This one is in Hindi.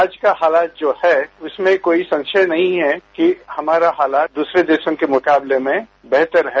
आज का हालात जो है इसमें कोई संशय नहीं है कि हमारा हालात दूसरे देशों के मुकाबले में बेहतर है